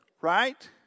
right